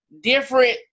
different